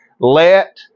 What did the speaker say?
Let